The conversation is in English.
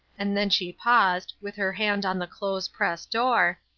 and then she paused, with her hand on the clothes-press door,